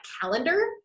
calendar